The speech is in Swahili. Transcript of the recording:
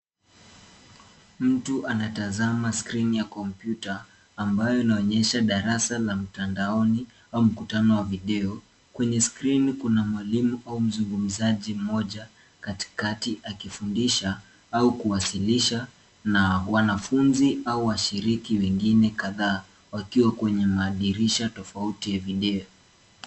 Mtu anatazama skrini ya kompyuta ambayo inaonyesha darasa la mtandaoni au mkutano wa video. Kwenye skrini kuna mwalimu au mzungumzaji mmoja katikati akifundisha au kuwasilisha, na wanafunzi au washiriki wengine kadhaa wakiwa kwenye madirisha tofauti ya video.